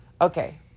okay